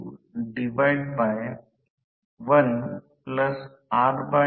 तर परंतु f च्या ऐवजी रोटर वारंवारिता F2 sf होईल